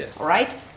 Right